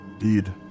Indeed